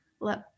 let